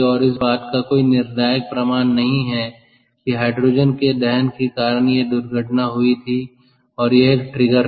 और इस बात का कोई निर्णायक प्रमाण नहीं है कि हाइड्रोजन के दहन के कारण यह दुर्घटना हुई थी और यह एक ट्रिगर था